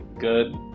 good